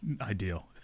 ideal